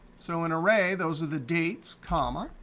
so an array, those are the dates, comma,